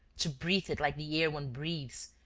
to breathe it like the air one breathes,